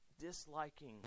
disliking